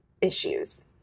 issues